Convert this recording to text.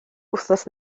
wythnos